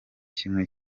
kimwe